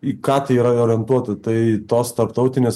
į ką tai yra orientuota tai tos tarptautinės